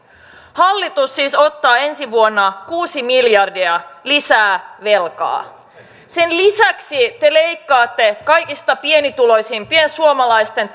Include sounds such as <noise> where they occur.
hallitus siis ottaa ensi vuonna kuusi miljardia lisää velkaa sen lisäksi te leikkaatte kaikista pienituloisimpien suomalaisten <unintelligible>